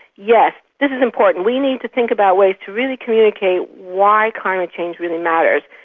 yes, this is important, we need to think about ways to really communicate why climate change really matters.